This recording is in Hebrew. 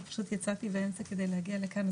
ופשוט יצאתי באמצע כדי להגיע כאן,